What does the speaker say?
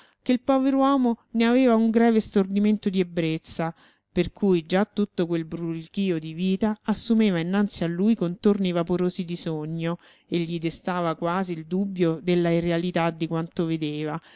che il pover uomo ne aveva un greve stordimento di ebbrezza per cui già tutto quel brulichio di vita assumeva innanzi a lui contorni vaporosi di sogno e gli destava quasi il dubbio della irrealità di quanto vedeva